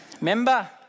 Remember